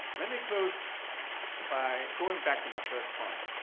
let me close by going back to my first point.